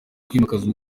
kwimakaza